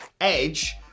Edge